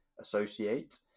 associate